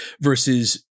versus